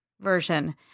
version